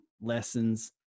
lessons